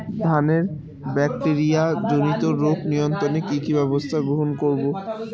ধানের ব্যাকটেরিয়া জনিত রোগ নিয়ন্ত্রণে কি কি ব্যবস্থা গ্রহণ করব?